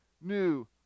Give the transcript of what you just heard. new